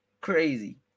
crazy